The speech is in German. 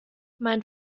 mein